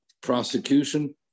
prosecution